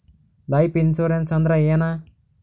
Life insurance ಅಂದ್ರ ಏನ?